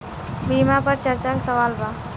बीमा पर चर्चा के सवाल बा?